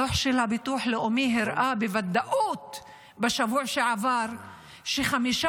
הדוח של הביטוח הלאומי הראה בוודאות בשבוע שעבר ש-5%